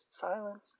silence